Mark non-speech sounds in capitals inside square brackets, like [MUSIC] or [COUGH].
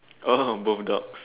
oh [LAUGHS] both dogs